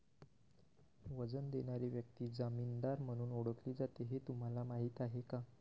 वचन देणारी व्यक्ती जामीनदार म्हणून ओळखली जाते हे तुम्हाला माहीत आहे का?